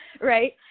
right